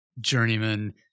journeyman